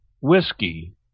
whiskey